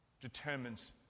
determines